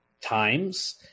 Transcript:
times